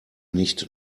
nicht